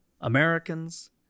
Americans